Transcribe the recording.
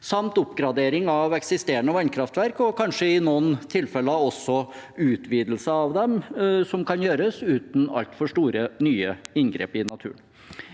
samt oppgradering av eksisterende vannkraftverk og kanskje i noen tilfeller også utvidelse av dem, som kan gjøres uten altfor store nye inngrep i naturen.